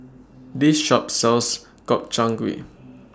This Shop sells Gobchang Gui